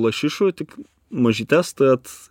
lašišų tik mažytes tad